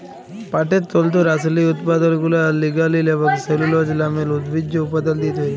পাটের তল্তুর আসলি উৎপাদলগুলা লিগালিল এবং সেলুলজ লামের উদ্ভিজ্জ উপাদাল দিঁয়ে তৈরি